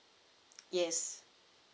yes